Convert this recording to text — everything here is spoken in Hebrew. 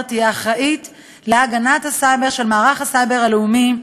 תהיה אחראית להגנת הסייבר של מערך הסייבר הלאומי,